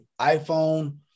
iPhone